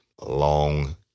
long